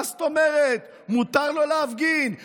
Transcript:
יכול בעצם לפנות ולבקש לא למנות אותו,